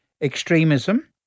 extremism